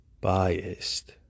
biased